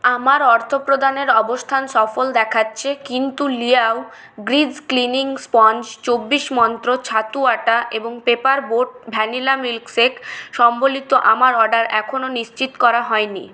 আমার অর্থপ্রদানের অবস্থান সফল দেখাচ্ছে কিন্তু লিয়াও গ্রিজ ক্লিনিং স্পঞ্জ চব্বিশ মন্ত্র ছাতু আটা এবং পেপার বোট ভ্যানিলা মিল্কশেক সংবলিত আমার অর্ডার এখনও নিশ্চিত করা হয়নি